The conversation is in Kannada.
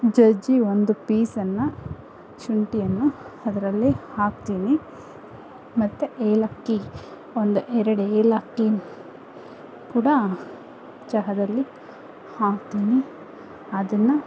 ಜಜ್ಜಿ ಒಂದು ಪೀಸನ್ನು ಶುಂಠಿಯನ್ನು ಅದರಲ್ಲಿ ಹಾಕ್ತೀನಿ ಮತ್ತೆ ಏಲಕ್ಕಿ ಒಂದು ಎರಡು ಏಲಕ್ಕಿನ ಕೂಡ ಚಹಾದಲ್ಲಿ ಹಾಕ್ತೀನಿ ಅದನ್ನು